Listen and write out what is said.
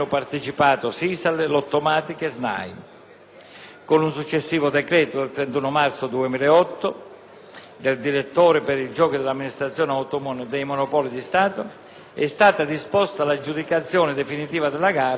Con un successivo decreto del 31 marzo 2008 del Direttore per i giochi dell'Amministrazione autonoma dei monopoli di Stato è stata disposta l'aggiudicazione definitiva della gara in favore della SISAL S.p.A.